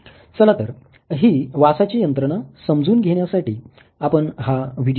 चला तर ही वासाची यंत्रणा समजून घेण्यासाठी आपण हा व्हिडीओ पाहू